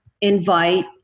invite